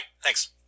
Thanks